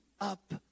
up